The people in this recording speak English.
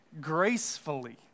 gracefully